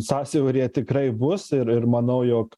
sąsiauryje tikrai bus ir ir manau jog